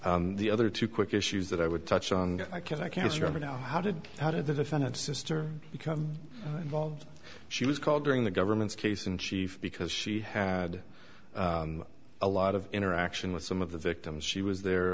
the other two quick issues that i would touch on i can i can stop now how did how did the defendant sister become involved she was called during the government's case in chief because she had a lot of interaction with some of the victims she was there